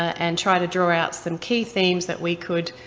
and tried to draw out some key themes that we could